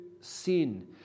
sin